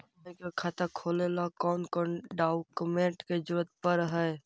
Bank में खाता खोले ल कौन कौन डाउकमेंट के जरूरत पड़ है?